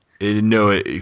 No